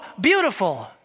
beautiful